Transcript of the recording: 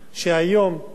מביאה את החוק